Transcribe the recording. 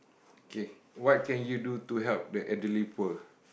okay what can you do to help the elderly poor